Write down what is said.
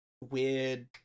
weird